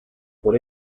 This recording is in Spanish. por